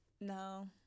no